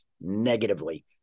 negatively